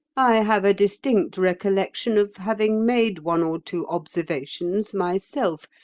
i have a distinct recollection of having made one or two observations myself.